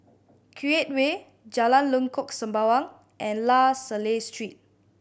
Create Way Jalan Lengkok Sembawang and La Salle Street